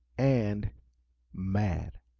and mad.